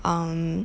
um